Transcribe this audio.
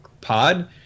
pod